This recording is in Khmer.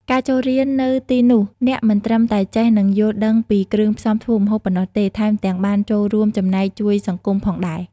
ការចូលរៀននៅទីនោះអ្នកមិនត្រឹមតែចេះនឹងយល់ដឹងពីគ្រឿងផ្សំធ្វើម្ហូបប៉ុណ្ណោះទេថែមទាំង បានចូលរួមចំណែកជួយសង្គម ផងដែរ។